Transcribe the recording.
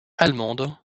allemande